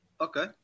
Okay